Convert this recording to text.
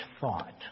thought